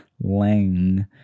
lang